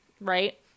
right